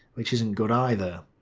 which isn't good either.